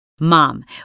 Mom